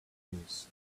news